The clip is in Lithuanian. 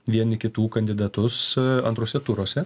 vieni kitų kandidatus antruose turuose